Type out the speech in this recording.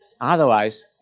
Otherwise